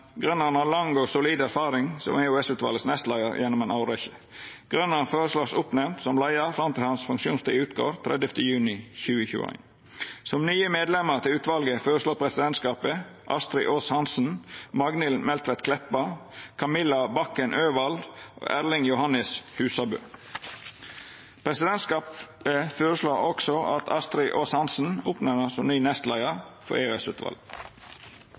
har lang og solid erfaring som nestleiar for EOS-utvalet gjennom ei årrekkje. Grønnern vert føreslått nemnd opp som leiar fram til funksjonstida hans går ut 30. juni 2021. Som nye medlemar til utvalet føreslår presidentskapet Astri Aas-Hansen, Magnhild Meltveit Kleppa, Camilla Bakken Øvald og Erling Johannes Husabø. Presidentskapet føreslår også at Astri Aas-Hansen vert nemnd opp som ny nestleiar for